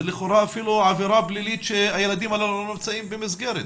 זה לכאורה אפילו עבירה פלילית שהילדים הללו לא נמצאים במסגרת.